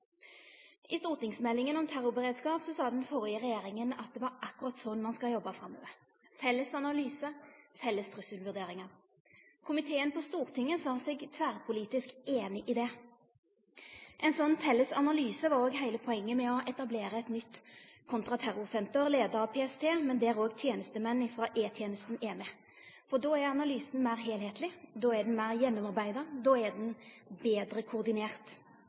I stortingsmeldinga om terrorberedskap sa den førre regjeringa at det var akkurat sånn ein skulle jobba framover: felles analyse og felles trusselvurderingar. Komiteen på Stortinget sa seg tverrpolitisk einig i det. Ein sånn felles analyse var òg heile poenget med å etablera eit nytt kontraterrorsenter, leia av PST, men der òg tenestemenn frå E-tenesta er med. Da er analysen